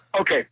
Okay